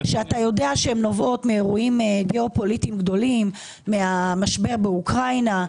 שנובעים מאירועים גיאו פוליטיים גדולים - מהמשבר באוקראינה,